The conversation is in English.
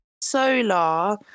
Solar